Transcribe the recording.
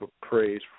Praise